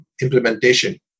implementation